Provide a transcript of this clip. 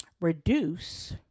Reduce